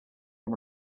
can